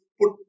put